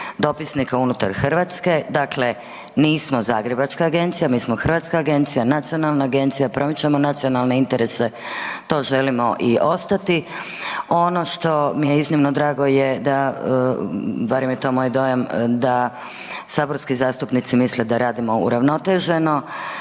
dopisnika unutar Hrvatske, dakle nismo zagrebačka agencija, mi smo hrvatska agencija, nacionalna agencija, promičemo nacionalne interese to želimo i ostati. Ono što mi je iznimno drago je da barem je to moj dojam da saborski zastupnici misle da radimo uravnoteženo,